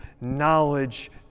knowledge